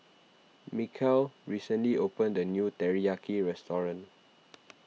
Mikal recently opened a new Teriyaki restaurant